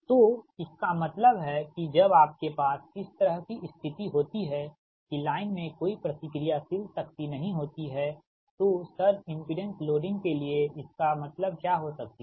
तोइसका मतलब है किजब आपके पास इस तरह की स्थिति होती है कि लाइन में कोई प्रतिक्रियाशील शक्ति नहीं होती है तो सर्ज इमपिडेंस लोडिंग के लिए इसका मतलब क्या हो सकती है